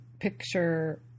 picture